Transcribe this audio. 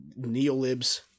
neolibs